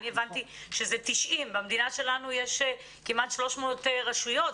אני הבנתי שזה 90. במדינה שלנו יש כמעט 300 רשויות,